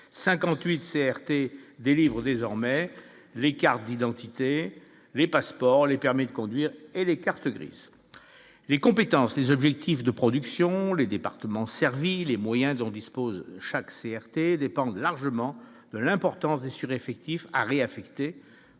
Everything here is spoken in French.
58 CRT délivrent désormais les cartes d'identité, les passeports, les permis de conduire et les cartes grises, les compétences des objectifs de production, les départements servi les moyens dont dispose chaque CRT dépendent largement de l'importance des effectifs à réaffecter